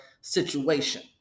situation